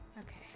Okay